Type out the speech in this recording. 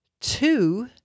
two